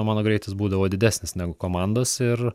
mano greitis būdavo didesnis negu komandos ir